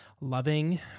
loving